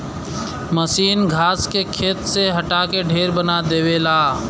मसीन घास के खेत से हटा के ढेर बना देवला